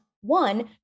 one